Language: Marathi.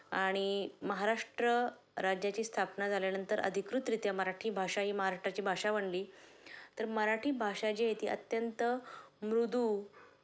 आणि महाराष्ट्र राज्याची स्थापना झाल्यानंतर अधिकृतरित्या मराठी भाषा ही महाराष्ट्राची भाषा बनली तर मराठी भाषा जी आहे ती अत्यंत मृदू